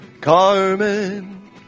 Carmen